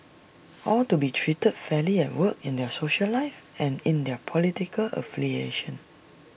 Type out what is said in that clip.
all to be treated fairly at work in their social life and in their political affiliations